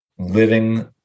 living